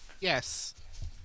Yes